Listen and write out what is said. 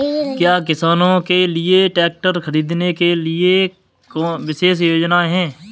क्या किसानों के लिए ट्रैक्टर खरीदने के लिए विशेष योजनाएं हैं?